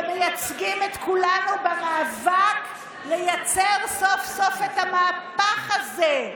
ומייצגים את כולנו במאבק לייצר סוף-סוף את המהפך הזה,